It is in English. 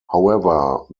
however